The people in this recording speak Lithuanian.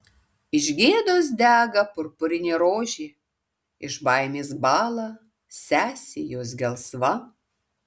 iš gėdos dega purpurinė rožė iš baimės bąla sesė jos gelsva